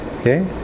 okay